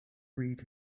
read